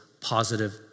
positive